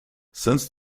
since